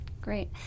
Great